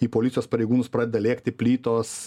į policijos pareigūnus pradeda lėkti plytos